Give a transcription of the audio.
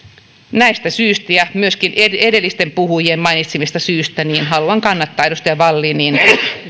näistä syistä ja myöskin edellisten puhujien mainitsemista syistä haluan kannattaa edustaja wallinin